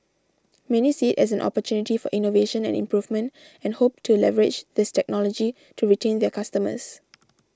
many see as an opportunity for innovation and improvement and hope to leverage this technology to retain their customers